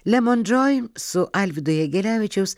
lemon džoi su alvydo jagelevičiaus